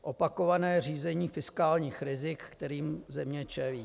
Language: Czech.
Opakované řízení fiskálních rizik, kterým země čelí.